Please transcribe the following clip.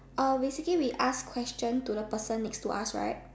uh basically we ask questions to the person next to us right